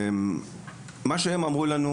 מה ששמענו מהם,